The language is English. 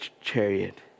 chariot